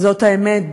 זאת האמת.